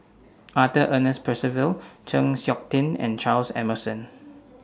Arthur Ernest Percival Chng Seok Tin and Charles Emmerson